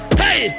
hey